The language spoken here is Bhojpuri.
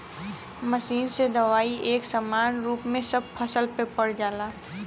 मशीन से दवाई एक समान रूप में सब फसल पे पड़ जाला